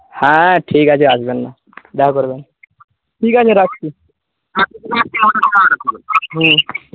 হ্যাঁ ঠিক আছে আসবেন না দেখা করবেন ঠিক আছে রাখছি হ্যাঁ